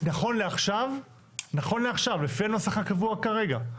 נכון לעכשיו לפי הנוסח הקבוע כרגע,